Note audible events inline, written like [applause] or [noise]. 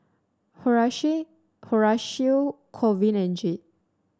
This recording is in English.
[unintelligible] Corwin and Jade